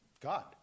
God